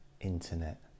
internet